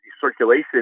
circulation